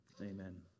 Amen